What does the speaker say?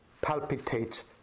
palpitates